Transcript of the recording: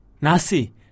Nasi